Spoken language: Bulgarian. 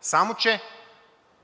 Само че